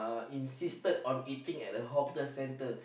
insisted on eating at the hawker center